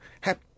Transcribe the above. Happy